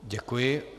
Děkuji.